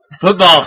Football